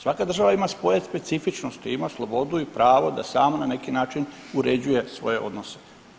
Svaka država ima svoje specifičnosti, ima slobodu i pravo da sama na neki način uređuje svoje odnose.